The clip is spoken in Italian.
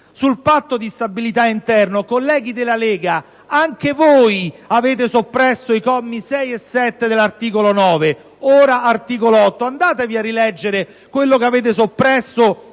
Sul Patto di stabilità interno, colleghi della Lega, anche voi avete soppresso i commi 6 e 7 dell'articolo 9 (ora articolo 8): andatevi a rileggere quello che avete soppresso